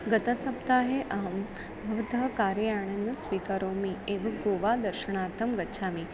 गतसप्ताहे अहं भवतः कार् यानेन करोमि एव गोवा दर्शणार्थं गच्छामि